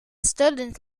students